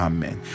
Amen